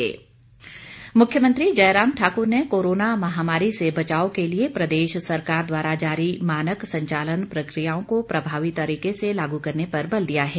मुख्यमंत्री मुख्यमंत्री जयराम ठाकुर ने कोरोना महामारी से बचाव के लिए प्रदेश सरकार द्वारा जारी मानक संचालन प्रक्रियाओं को प्रभावी तरीके से लागू करने पर बल दिया है